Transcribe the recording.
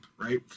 right